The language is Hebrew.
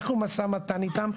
אנחנו במשא ומתן איתם.